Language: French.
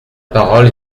parole